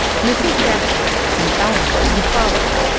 mrs. dashwood and elinor then followed,